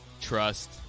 trust